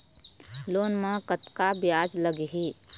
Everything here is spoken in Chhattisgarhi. लोन म कतका ब्याज लगही?